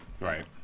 Right